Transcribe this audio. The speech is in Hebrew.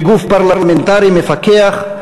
כגוף פרלמנטרי מפקח,